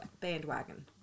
bandwagon